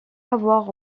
avoir